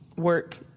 Work